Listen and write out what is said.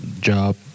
job